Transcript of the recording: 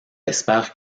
espère